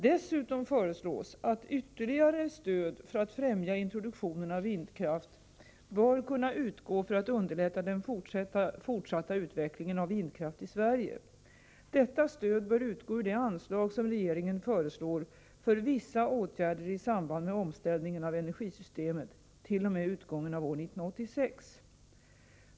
Dessutom föreslås att ytterligare stöd för att främja introduktionen av vindkraft skall kunna utgå för att underlätta den fortsatta utvecklingen av vindkraft i Sverige. Detta stöd bör utgå ur det anslag som regeringen föreslår för vissa åtgärder i samband med omställningen av energisystemet t.o.m. utgången av år 1986.